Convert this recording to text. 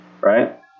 right